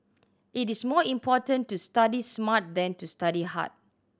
it is more important to study smart than to study hard